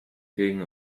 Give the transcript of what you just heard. gegen